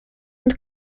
and